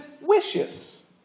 wishes